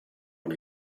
con